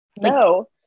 No